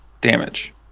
damage